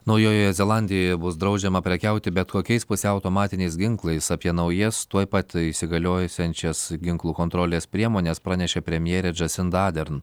naujojoje zelandijoje bus draudžiama prekiauti bet kokiais pusiau automatiniais ginklais apie naujas tuoj pat įsigaliojusiančias ginklų kontrolės priemones pranešė premjerė džasinda adern